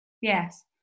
Yes